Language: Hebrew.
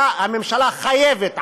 הממשלה חייבת,